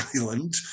island